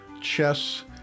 chess